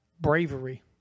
Bravery